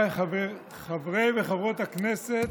חבריי חברי וחברות הכנסת,